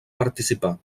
participar